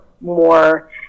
more